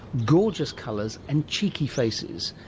gorgeous colours and cheeky faces,